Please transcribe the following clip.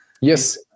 Yes